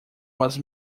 was